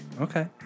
Okay